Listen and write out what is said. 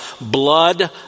blood